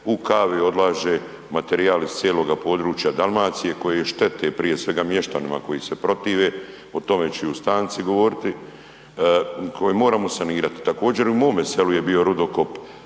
u kali odlaže materijal iz cijeloga područja Dalmacije koji je štete prije svega mještanima koji se protive, o tome ću i u stanci govoriti, koji moramo sanirati. Također i u mome selu je bio rudokop